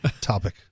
topic